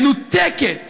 מנותקת